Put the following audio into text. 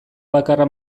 bakarra